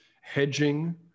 hedging